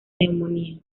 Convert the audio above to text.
neumonía